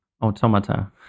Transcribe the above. automata